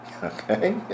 Okay